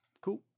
Cool